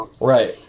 Right